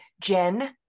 Jen